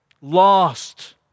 Lost